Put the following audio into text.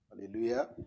Hallelujah